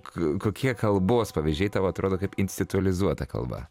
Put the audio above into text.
kokie kalbos pavyzdžiai tau atrodo kaip institulizuota kalba